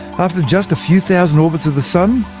after just a few thousand orbits of the sun,